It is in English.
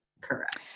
correct